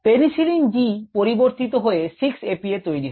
penicillin G পরিবর্তিত হয়ে 6 APA তৈরি হয়